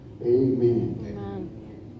Amen